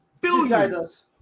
Billions